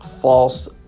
false